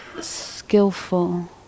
skillful